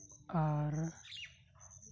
ᱟᱨ